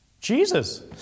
Jesus